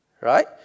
Right